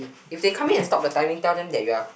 if they come in and stop the timing tell them you are